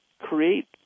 create